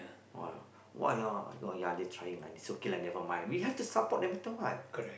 !wah! why ah oh ya they trying like is okay lah never mind we have to support no matter what